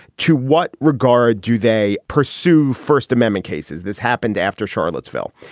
to what regard do they pursue first amendment cases? this happened after charlottesville.